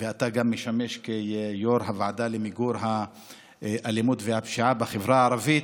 ואתה גם משמש יו"ר הוועדה למיגור האלימות והפשיעה בחברה הערבית.